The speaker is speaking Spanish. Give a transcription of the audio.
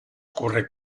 ocurre